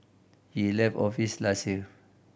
he left office last year